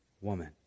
woman